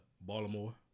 Baltimore